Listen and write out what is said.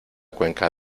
cuenca